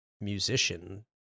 musician